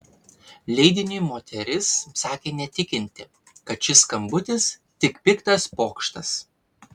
leidiniui moteris sakė netikinti kad šis skambutis tik piktas pokštas